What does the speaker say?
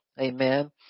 Amen